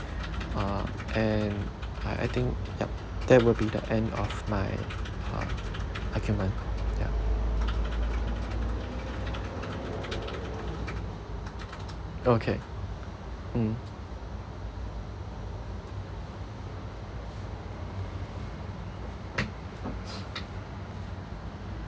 uh and I I think yup that would be the end of my uh argument yup okay mm